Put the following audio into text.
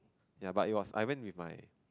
ya but it was I went with my